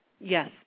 Yes